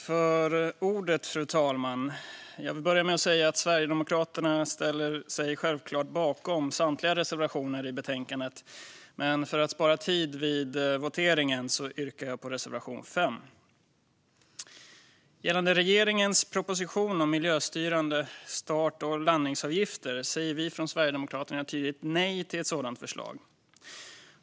Fru talman! Sverigedemokraterna står självklart bakom alla sina reservationer, men för att spara tid vid voteringen yrkar jag bifall endast till reservation 5. Gällande regeringens proposition om miljöstyrande start och landningsavgifter säger vi från Sverigedemokraterna ett tydligt nej till ett sådant förslag.